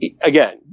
again